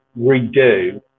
redo